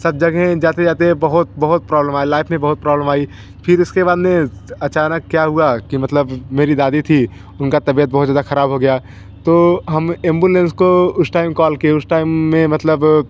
सब जगह जाते जाते बहुत बहुत प्रौब्लम आई लाइफ़ में बहुत प्रौब्लम आई फिर इसके बाद में अचानक क्या हुआ कि मतलब मेरी दादी थी उनकी तबियत बहुत ज़्यादा ख़राब हो गई तो हम एम्बुलेंस को उस टाइम कौल किए उस टाइम में मतलब